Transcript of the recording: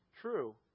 true